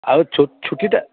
ଆଉ ଛୁଟିଟା